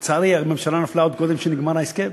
לצערי, הממשלה נפלה עוד קודם שנגמר ההסכם